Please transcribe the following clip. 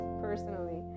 personally